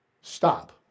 Stop